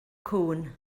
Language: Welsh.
cŵn